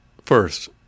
First